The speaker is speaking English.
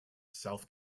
south